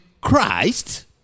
Christ